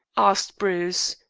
asked bruce,